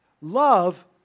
Love